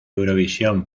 eurovisión